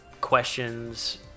questions